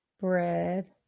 bread